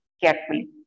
carefully